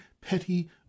petty